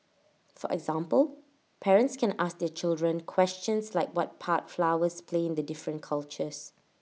for example parents can ask their children questions like what part flowers play in the different cultures